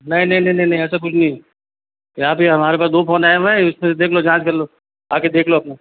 नहीं नहीं नहीं नहीं ऐसा कुछ नहीं है यहाँ पर हमारे पास दो फोन आए हुए हैं इसमें से देख लो जाँच कर लो आकर देख लो अपना